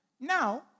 Now